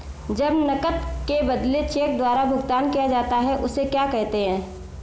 जब नकद के बदले चेक द्वारा भुगतान किया जाता हैं उसे क्या कहते है?